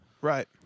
Right